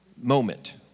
moment